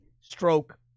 Stroke